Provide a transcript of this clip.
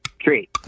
Tree